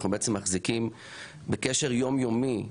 אנחנו בקשר יום יומי,